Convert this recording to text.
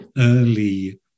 early